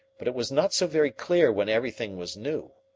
but it was not so very clear when everything was new.